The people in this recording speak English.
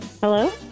hello